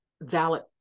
valid